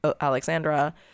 Alexandra